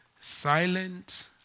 Silent